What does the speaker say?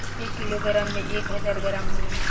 एक किलोग्राम में एक हजार ग्राम होला